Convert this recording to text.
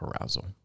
arousal